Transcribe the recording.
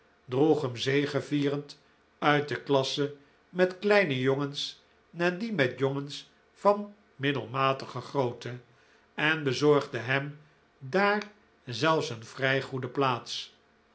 droeg hem zegevierend uit de klasse met kleine jongens naar die met jongens van middelmatige grootte en bezorgde hem daar zelfs een vrij goede plaats